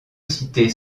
cités